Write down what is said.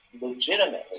legitimately